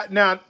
now